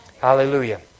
Hallelujah